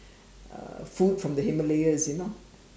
uh food from the Himalayas you know